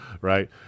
right